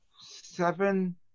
seven